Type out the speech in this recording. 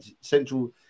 central